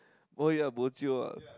oh yeah bo jio ah